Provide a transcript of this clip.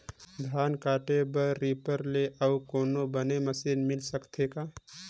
धान काटे बर रीपर ले अउ कोनो बने मशीन मिल सकथे का?